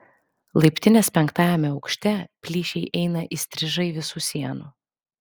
laiptinės penktajame aukšte plyšiai eina įstrižai visų sienų